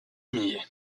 millet